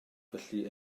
felly